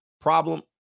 problem